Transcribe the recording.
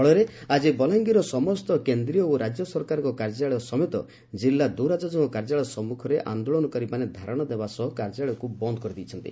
ଫଳରେ ଆଜି ବଲାଙ୍ଗିରର ସମ୍ଠ କେନ୍ଦ୍ରୀୟ ଓ ରାକ୍ୟ ସରକାରଙ୍କ କାର୍ଯ୍ୟାଳୟ ସମେତ କିଲ୍ଲା ଦୌରାଜଜଙ୍କ କାର୍ଯ୍ୟାଳୟ ସମ୍ମୁଖରେ ଆନ୍ଦୋଳନକାରୀମାନେ ଧାରଶା ଦେବା ସହ କାର୍ଯ୍ୟାଳୟକୁ ବନ୍ଦ କରିଦେଇଛନ୍ତି